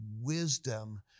wisdom